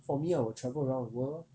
for me I will travel around the world lor